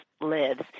lives